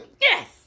Yes